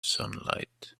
sunlight